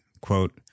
quote